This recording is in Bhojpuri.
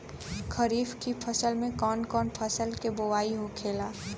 खरीफ की फसल में कौन कौन फसल के बोवाई होखेला?